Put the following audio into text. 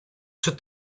czy